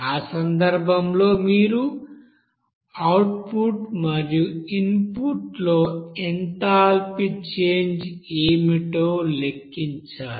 ఆ సందర్భంలో మీరు అవుట్పుట్ మరియు ఇన్పుట్లో ఎంథాల్పీ చేంజ్ ఏమిటో లెక్కించాలి